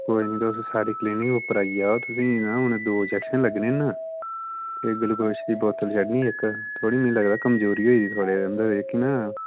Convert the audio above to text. कोई नि तुस साढ़ी क्लीनिक उप्पर आई आओ तुसें ई ना हून दो इन्जेक्शन लग्गने न ते ग्लूकोस दी बोतल चढ़नी इक मिगी थोह्ड़ी लगदा कमजोरी होई गेदी थुआढ़े अन्दर जेह्की ना